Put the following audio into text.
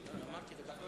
אמרת דקה וחצי,